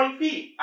feet